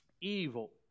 evil